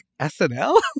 snl